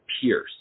pierce